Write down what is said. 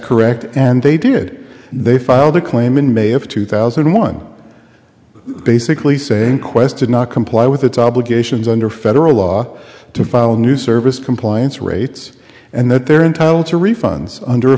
correct and they did they filed a claim in may of two thousand and one basically saying qwest did not comply with its obligations under federal law to file new service compliance rates and that they're entitled to refunds under